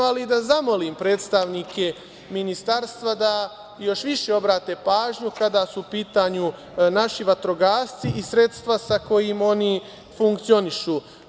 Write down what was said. Ali, zamoliću predstavnike Ministarstva da još više obrate pažnju kada su u pitanju naši vatrogasci i sredstva sa kojima oni funkcionišu.